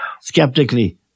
Skeptically